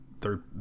third